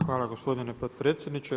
Hvala gospodine potpredsjedniče.